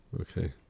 okay